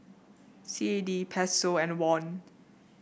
C A D Peso and Won